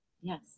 yes